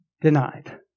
denied